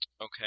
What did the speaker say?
Okay